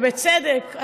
ובצדק,